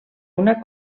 una